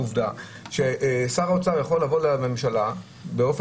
עובדה ששר האוצר יכול לבוא לממשלה באופן